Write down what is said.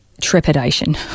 trepidation